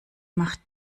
macht